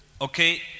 Okay